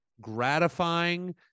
gratifying